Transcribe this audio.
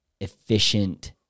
efficient